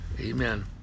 Amen